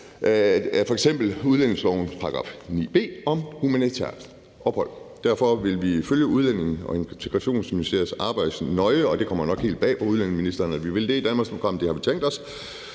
f.eks. udlændingelovens § 9 b om humanitært ophold. Derfor vil vi følge Udlændinge- og Integrationsministeriets arbejde nøje – det kommer nok helt bag på udlændingeministeren at vi vil det i Danmarksdemokraterne, men det har vi tænkt os.